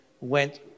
went